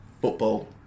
Football